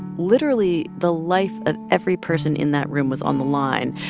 literally, the life of every person in that room was on the line.